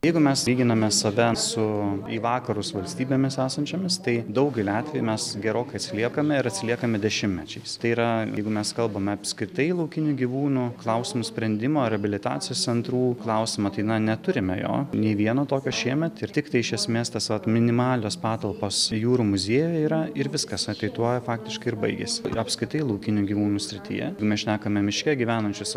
jeigu mes lyginame save su į vakarus valstybėmis esančiomis tai daugeliu atvejų mes gerokai atsiliekame ir atsiliekame dešimtmečiais tai yra jeigu mes kalbame apskritai laukinių gyvūnų klausimų sprendimo reabilitacijos centrų klausimu tai na neturime jo nei vieno tokio šiemet ir tiktai iš esmės tos vat minimalios patalpos jūrų muziejuje yra ir viskas a tai tuo faktiškai ir baigiasi apskritai laukinių gyvūnų srityje mes šnekam miške gyvenančius